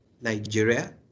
Nigeria